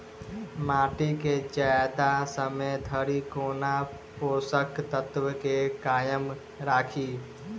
माटि केँ जियादा समय धरि कोना पोसक तत्वक केँ कायम राखि?